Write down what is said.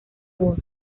voz